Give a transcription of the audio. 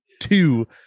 two